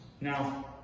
Now